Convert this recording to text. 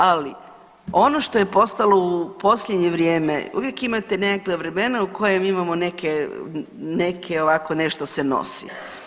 Ali, ono što je postalo u posljednje vrijeme, uvijek imate nekakva vremena u kojima imamo neke, neke, ovako, nešto se nosi.